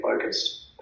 focused